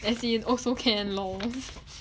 as in also can lor